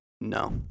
No